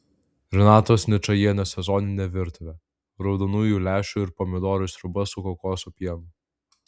renatos ničajienės sezoninė virtuvė raudonųjų lęšių ir pomidorų sriuba su kokosų pienu